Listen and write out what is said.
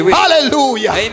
hallelujah